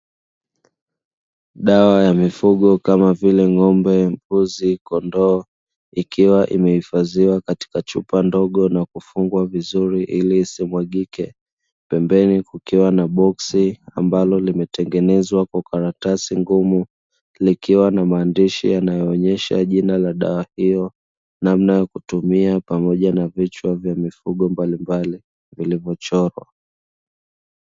Dawa ya mifugo kama vile ng'ombe, mbuzi, kondoo ikiwa imehifadhiwa katika chupa ndogo na kufungwa vizuri ili isimwagike, pembeni kukiwa na boksi ambalo limetengenezwa kwa karatasi ngumu likiwa na maandishi yanayoonyesha jina la dawa hiyo namna ya kutumia pamoja na vichwa vya mifugo mbalimbali vilivyochorwa.